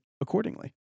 accordingly